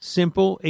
simple